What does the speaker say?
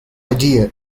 idea